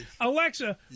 Alexa